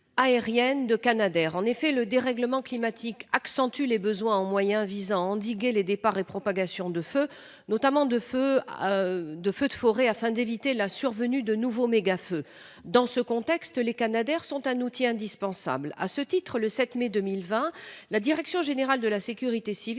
de Canadairs. Le dérèglement climatique accentue les besoins en moyens visant à endiguer les départs et propagations de feux, notamment de feux de forêt, afin d'éviter la survenue de nouveaux mégafeux. Dans ce contexte, les Canadairs sont un outil indispensable. À ce titre, le 7 mai 2020, la direction générale de la sécurité civile